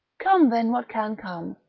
come then what can come,